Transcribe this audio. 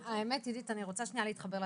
אני רוצה להתחבר לדברים.